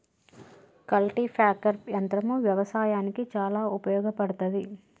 cultipacker యంత్రం వ్యవసాయానికి చాలా ఉపయోగపడ్తది